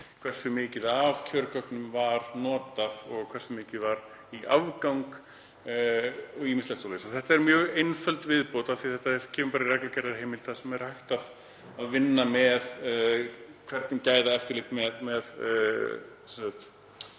hversu mikið af kjörgögnum var notað og hversu mikið var í afgang og ýmislegt fleira. Þetta er mjög einföld viðbót af því að hún kemur bara inn í reglugerðarheimild þar sem er hægt að vinna með hvernig gæðaeftirlit er